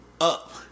up